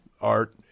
art